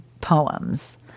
poems